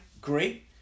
great